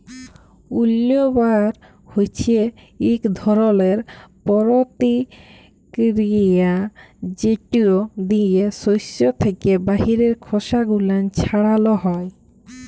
উইল্লবার হছে ইক ধরলের পরতিকিরিয়া যেট দিয়ে সস্য থ্যাকে বাহিরের খসা গুলান ছাড়ালো হয়